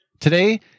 Today